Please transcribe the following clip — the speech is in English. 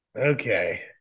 Okay